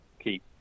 keep